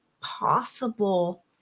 possible